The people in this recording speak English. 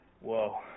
whoa